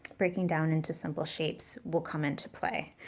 breaking down into simple shapes will come into play.